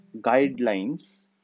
guidelines